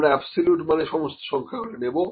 আমরা অ্যাবসোলুট মান এ সমস্ত সংখ্যাগুলি নেব